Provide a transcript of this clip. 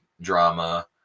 drama